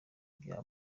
bya